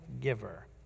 giver